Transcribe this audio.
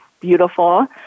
beautiful